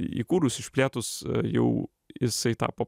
įkūrus išplėtus jau jisai tapo